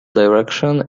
direction